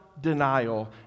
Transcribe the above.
denial